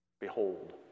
Behold